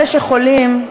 אלה שחולים,